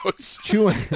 Chewing